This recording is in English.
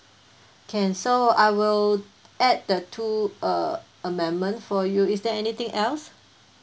can so I will add the two uh amendment for you is there anything else